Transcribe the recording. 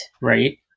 right